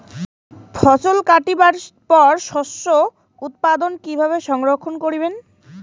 ফছল কাটিবার পর শস্য উৎপাদন কিভাবে সংরক্ষণ করিবেন?